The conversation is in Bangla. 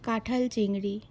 কাঁঠাল চিংড়ি